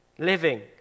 living